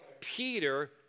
Peter